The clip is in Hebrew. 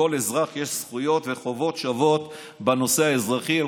לכל אזרח יש זכויות וחובות שוות בנושא האזרחי,